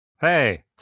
Hey